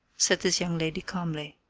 said this young lady calmly.